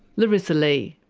larisa lee.